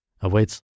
awaits